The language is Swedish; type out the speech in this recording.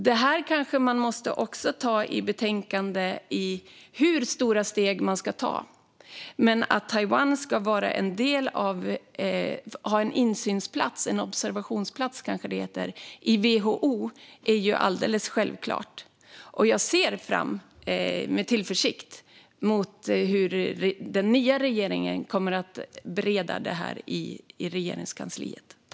Detta måste man kanske också ta i beaktande när det gäller hur stora steg man ska ta. Men att Taiwan ska ha en observatörsplats i WHO är alldeles självklart. Jag ser med tillförsikt fram emot hur den nya regeringen kommer att bereda det hela i Regeringskansliet.